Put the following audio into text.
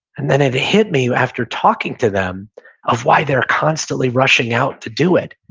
and then it hit me after talking to them of why they're constantly rushing out to do it.